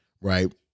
right